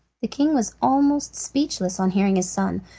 the king was almost speechless on hearing his son,